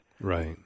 Right